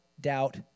doubt